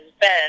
Ben